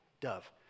dove